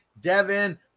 Devin